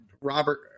Robert